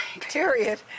period